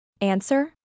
Answer